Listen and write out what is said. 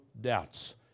doubts